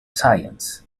science